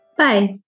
bye